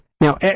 now